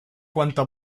cuanto